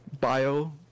bio